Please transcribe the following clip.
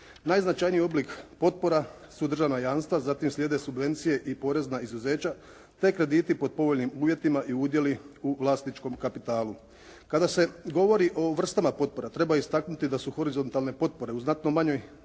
Najznačajniji oblik potpora su državna jamstva, zatim slijede subvencije i porezna izuzeća, te krediti pod povoljnim uvjetima i udjeli u vlasničkom kapitalu. Kada se govori o vrstama potpora treba istaknuti da su horizontalne potpore u znatnoj manjoj